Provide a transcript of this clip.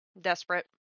desperate